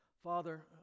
Father